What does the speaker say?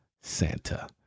Santa